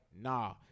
nah